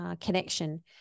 connection